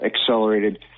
accelerated